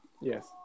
Yes